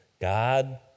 God